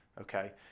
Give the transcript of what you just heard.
okay